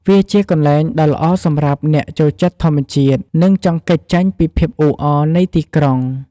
វាជាកន្លែងដ៏ល្អសម្រាប់អ្នកចូលចិត្តធម្មជាតិ និងចង់គេចចេញពីភាពអ៊ូអរនៃទីក្រុង។